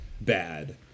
bad